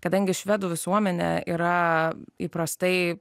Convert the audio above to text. kadangi švedų visuomenė yra įprastai